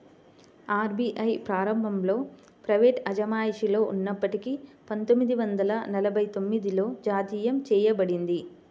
RBI ప్రారంభంలో ప్రైవేటు అజమాయిషిలో ఉన్నప్పటికీ పందొమ్మిది వందల నలభై తొమ్మిదిలో జాతీయం చేయబడింది